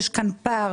יש כאן פער.